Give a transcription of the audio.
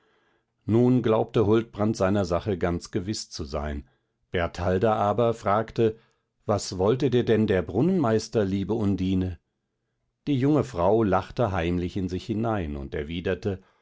nun glaubte huldbrand seiner sache ganz gewiß zu sein bertalda aber fragte was wollte dir denn der brunnenmeister liebe undine die junge frau lachte heimlich in sich hinein und erwiderte